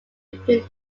between